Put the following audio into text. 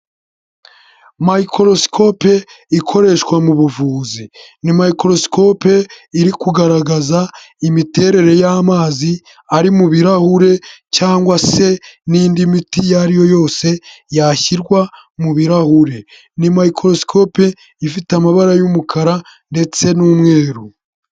microscope ikoreshwa mu buvuzi ni microscope iri kugaragaza imiterere y'amazi ari mu birahure cyangwa se n'indi miti iyo ari yo yose yashyirwa mu birahure ni microscope ifite amabara y'umukara ndetse n'umweru.